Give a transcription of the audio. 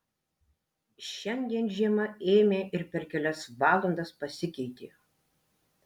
šiandien žiema ėmė ir per kelias valandas pasikeitė